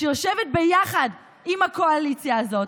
שיושבת ביחד עם הקואליציה הזאת.